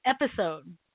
episode